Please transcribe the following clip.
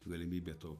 galimybė to